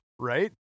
right